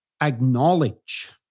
acknowledge